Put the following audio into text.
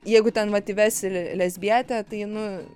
jeigu ten vat įvesi lesbietė tai nu